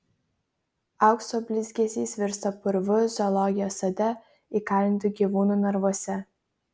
aukso blizgesys virsta purvu zoologijos sode įkalintų gyvūnų narvuose